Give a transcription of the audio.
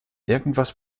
irgendwas